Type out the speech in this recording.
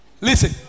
Listen